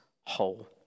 whole